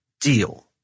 deal